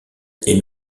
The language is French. est